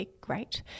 great